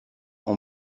ont